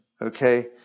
okay